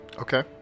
Okay